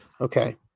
Okay